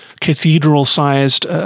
cathedral-sized